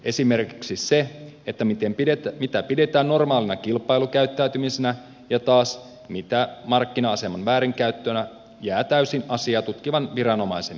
esimerkiksi se mitä pidetään normaalina kilpailukäyttäytymisenä ja mitä taas markkina aseman väärinkäyttönä jää täysin asiaa tutkivan viranomaisen päätettäväksi